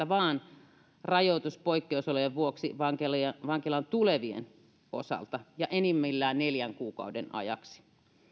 vaan rajoitus poikkeusolojen vuoksi vankilaan tulevien osalta ja enimmillään neljän kuukauden ajaksi